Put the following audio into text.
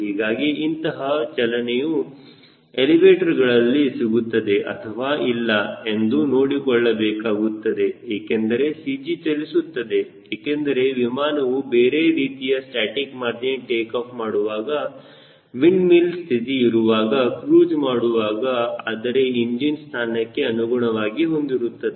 ಹೀಗಾಗಿ ಇಂತಹ ಚಲನೆಯು ಎಲಿವೇಟರ್ ಗಳಲ್ಲಿ ಸಿಗುತ್ತದೆ ಅಥವಾ ಇಲ್ಲ ಎಂದು ನೋಡಿಕೊಳ್ಳಬೇಕಾಗುತ್ತದೆ ಏಕೆಂದರೆ CG ಚಲಿಸುತ್ತದೆ ಏಕೆಂದರೆ ವಿಮಾನವು ಬೇರೆ ರೀತಿಯ ಸ್ಟಾಸ್ಟಿಕ್ ಮಾರ್ಜಿನ್ ಟೇಕಾಫ್ ಮಾಡುವಾಗ ವಿಂಡ್ ಮಿಲ್ ಸ್ಥಿತಿ ಇರುವಾಗ ಕ್ರೂಜ್ ಮಾಡುವಾಗ ಆದರೆ ಇಂಜಿನ್ ಸ್ಥಾನಕ್ಕೆ ಅನುಗುಣವಾಗಿ ಹೊಂದಿರುತ್ತದೆ